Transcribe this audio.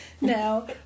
now